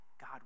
God